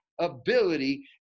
ability